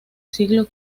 siglo